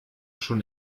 schon